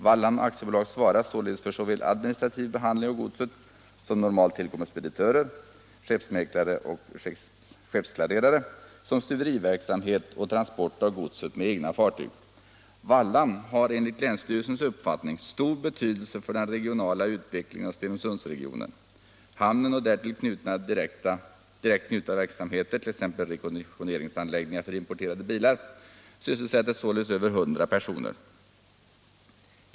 Wallhamn AB svarar således för såväl administrativ behandling av godset, som normalt tillkommer speditörer, skeppsmäklare och skeppsklarerare, som stuveriverksamhet och transport av godset med egna fartyg. Wallhamn har enligt länsstyrelsens uppfattning stor betydelse för den regionala utvecklingen av Stenungsundsregionen. Hamnen och därtill direkt knutna verksamheter t.ex. rekonditioneringsanläggningar för importerade bilar, sysselsätter således över 100 personer.